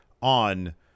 on